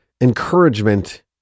encouragement